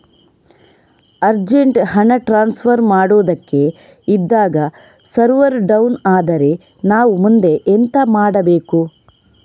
Urgent ಹಣ transfer ಮಾಡೋದಕ್ಕೆ ಇದ್ದಾಗ ಸರ್ವರ್ ಡೌನ್ ಆದರೆ ನಾವು ಮುಂದೆ ಎಂತ ಮಾಡಬೇಕು?